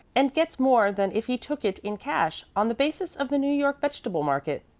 and gets more than if he took it in cash on the basis of the new york vegetable market.